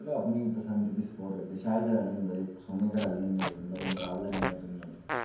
चलो अपनी पसंद गी स्पोर्ट करदे न शैल घरै आह्ले न बड़े सोह्ने घरै आह्ले न मेरे उं'दा मुकाबला गै नेईं ऐ इस दुनिया च